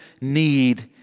need